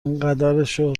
اینقدرشو